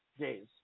days